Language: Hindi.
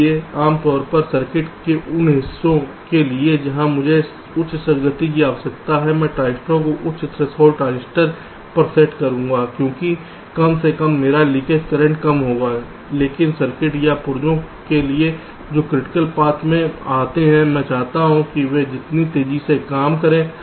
इसलिए आम तौर पर सर्किट के उन हिस्सों के लिए जहां मुझे उच्च गति की आवश्यकता नहीं है मैं ट्रांजिस्टर को उच्च थ्रेशोल्ड ट्रांजिस्टर पर सेट करूंगा क्योंकि कम से कम मेरा लीकेज करंट कम होगा लेकिन सर्किट या पुर्जों के लिए जो क्रिटिकल पथ में आते हैं मैं चाहता हूं कि वे जितनी तेजी से काम करें